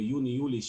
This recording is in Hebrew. ביוני-יולי,